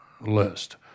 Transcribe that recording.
list